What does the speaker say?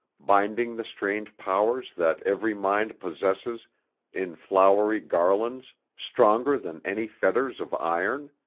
binding the strange powers that every mind possesses in flowery garlands stronger than any fetters of iron?